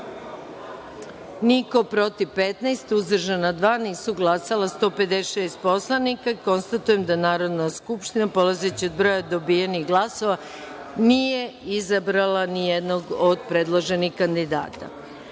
niko, protiv – 15, uzdržano – dvoje, nisu glasala 156 poslanika. Konstatujem da Narodna skupština polazeći od broja dobijenih glasova nije izabrala nijednog od predloženih kandidata. Pristupamo